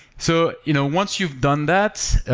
so you know once you've done that,